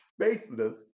faithless